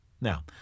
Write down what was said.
Now